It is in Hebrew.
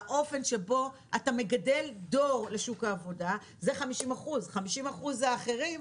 באופן שבו אתה מגדל דור לשוק העבודה זה 50%. 50% זה האחרים,